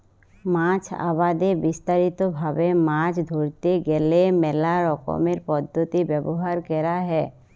মাছ আবাদে বিস্তারিত ভাবে মাছ ধরতে গ্যালে মেলা রকমের পদ্ধতি ব্যবহার ক্যরা হ্যয়